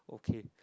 okay